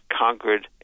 conquered